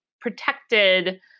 protected